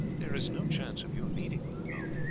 there is no chance of your needing them, tom.